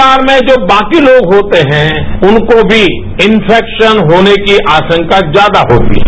परिवार में जो बाकी लोग होते हैं उनको भी इन्फेक्सन होने की आशंका ज्यादा होती है